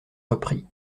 reprit